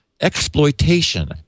exploitation